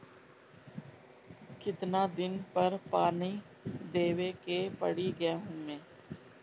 कितना दिन पर पानी देवे के पड़ी गहु में?